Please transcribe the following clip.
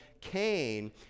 Cain